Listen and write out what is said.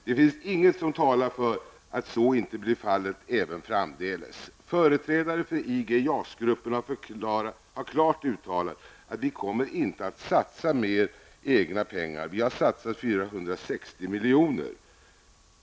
Det finns inget som talar för att så inte blir fallet även framdeles. Företrädare för IG--JAS-gruppen har klart uttalat: ''Vi kommer inte att satsa mer egna pengar, vi har satsat 460 miljoner.''